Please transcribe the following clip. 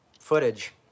footage